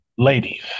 ladies